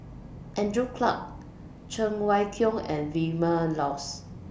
Andrew Clarke Cheng Wai Keung and Vilma Laus